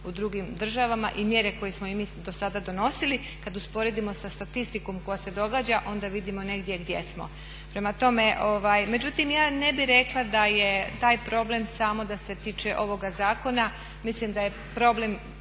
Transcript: u drugim državama i mjere koje smo i mi do sada donosili, kada usporedimo sa statistikom koja se događa onda vidimo negdje gdje smo. Prema tome, međutim ja ne bih rekla da je taj problem samo da se tiče ovoga zakona, mislim da je problem